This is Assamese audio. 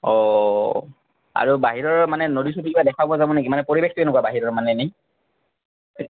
অঁ আৰু বাহিৰৰ মানে নদী চদী কিবা দেখা পোৱা যাব নেকি মানে পৰিৱেশটো কেনেকুৱা বাহিৰৰ মানে এনেই